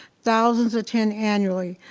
thousands attend annually.